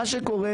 מה שקורה,